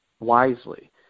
Wisely